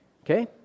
Okay